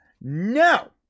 No